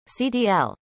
CDL